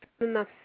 enough